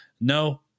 no